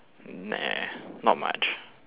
nah not much